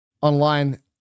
Online